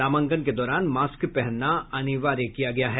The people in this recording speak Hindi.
नामांकन के दौरान मास्क पहनना अनिवार्य किया गया है